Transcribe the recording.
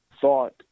thought